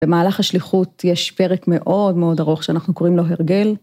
במהלך השליחות יש פרק מאוד מאוד ארוך שאנחנו קוראים לו הרגל.